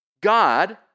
God